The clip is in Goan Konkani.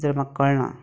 जर म्हाका कळना